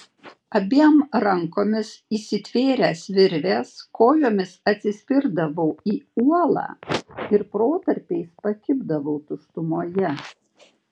abiem rankomis įsitvėręs virvės kojomis atsispirdavau į uolą ir protarpiais pakibdavau tuštumoje